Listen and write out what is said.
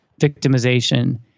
victimization